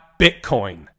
Bitcoin